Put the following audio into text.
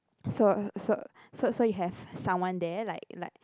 so so so you have someone there like like